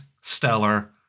stellar